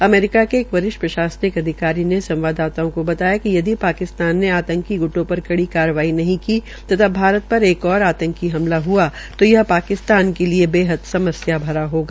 अमरीका के एक वरिष्ठ प्रशासनिक अधिकारी ने संवाददाताओं ने आतंकी गुटों पर कड़ी कार्रवाई नहीं की तथा भारत पर एक ओर आतंकी हमला हुआ तो यह पाकिस्तान के लिये बेहद समस्या भरा होगा